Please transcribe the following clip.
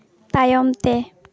ᱛᱟᱭᱚᱢ ᱛᱮ